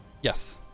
Yes